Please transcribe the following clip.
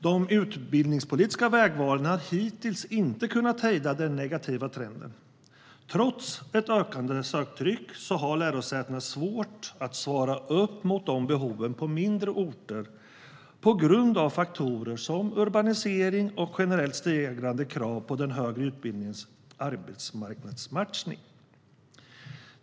De utbildningspolitiska vägvalen har hittills inte kunnat hejda den negativa trenden. Trots ett ökande söktryck har lärosätena svårt att svara upp mot behoven på mindre orter på grund av faktorer som urbanisering och generellt ökade krav på den högre utbildningens arbetsmarknadsmatchning.